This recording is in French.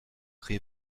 créé